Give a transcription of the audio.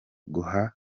guha